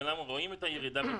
כולם רואים את הירידה בתרומות.